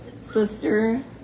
sister